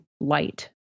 light